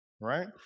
right